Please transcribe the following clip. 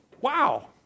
wow